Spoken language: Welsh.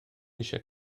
eisiau